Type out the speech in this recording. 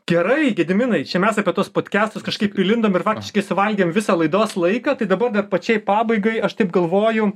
gerai gediminai čia mes apie tuos podkestus kažkaip įlindom ir faktiškai suvalgėm visą laidos laiką tai dabar dar pačiai pabaigai aš taip galvoju